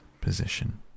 position